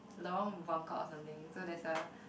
Lorong Buangkok or something so there's a